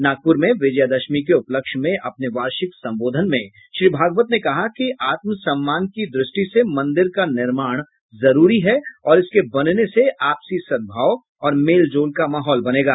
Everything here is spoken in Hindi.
नागपुर में विजयदशमी के उपलक्ष्य में अपने वार्षिक संबोधन में श्री भागवत ने कहा कि आत्मसम्मान की दृष्टि से मंदिर का निर्माण जरूरी है और इसके बनने से आपसी सद्भाव और मेलजोल का माहौल बनेगा